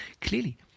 Clearly